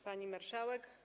Pani Marszałek!